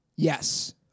Yes